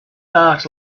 heart